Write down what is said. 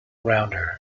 rounder